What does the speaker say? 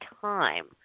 time